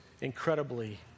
incredibly